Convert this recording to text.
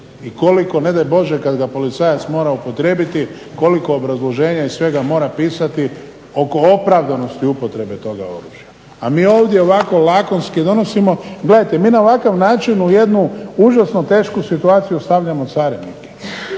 i koliko ne daj Bože kad ga policajac mora upotrijebiti, koliko obrazloženja i svega mora pisati oko opravdanosti upotrebe toga oružja. A mi ovdje ovako lakonski donosimo, gledajte, mi na ovakav način u jednu užasno tešku situaciju stavljamo carinike.